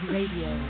Radio